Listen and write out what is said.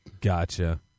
Gotcha